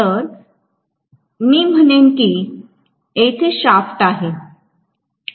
तर मी म्हणेन की येथे शाफ्ट आहे